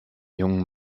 jungen